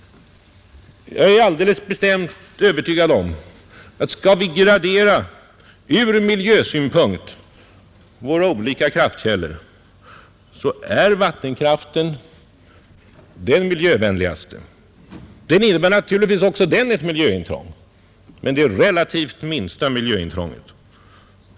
Jag är alldeles övertygad om att skall vi gradera våra olika kraftkällor ur miljösynpunkt, så är vattenkraften den miljövänligaste. Också den innebär naturligtvis ett miljöintrång, men det relativt minsta miljöintrånget.